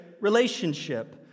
relationship